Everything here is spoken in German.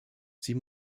sie